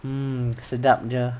mm sedapnya